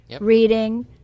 reading